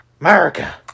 America